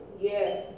Yes